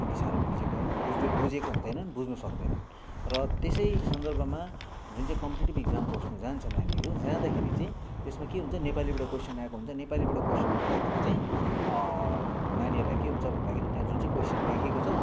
त्यति साह्रो बुझेका बुझ्नु बुझेका हुँदैनन् बुझ्नु सक्दैनन् र त्यसै सन्दर्भमा जुन चाहिँ कम्पिटेटिभ इक्जाम बस्नु जान्छ नानीहरू जाँदाखेरि चाहिँ त्यसमा के हुन्छ नेपालीबाट कोइसन आएको हुन्छ नेपालीबाट कोइसन आउँदाखेरि चाहिँ नानीहरूलाई के हुन्छ भन्दाखेरि त्यहाँ जुन चाहिँ कोइसन लेखेको छ